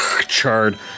charred